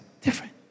different